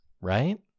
right